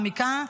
מעמיקה.